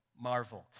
marveled